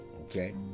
Okay